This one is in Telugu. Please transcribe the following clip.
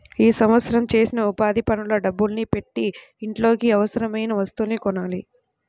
ఈ సంవత్సరం చేసిన ఉపాధి పనుల డబ్బుల్ని పెట్టి ఇంట్లోకి అవసరమయిన వస్తువుల్ని కొనాలి